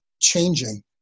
changing